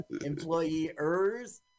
Employers